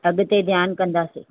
अॻिते ध्यानु कंदासीं